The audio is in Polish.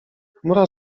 chmura